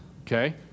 Okay